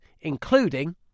including